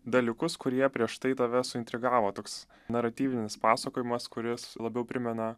dalykus kurie prieš tai tave suintrigavo toks naratyvinis pasakojimas kuris labiau primena